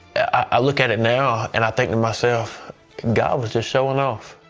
i look at it now and i think to myself god was just showing off.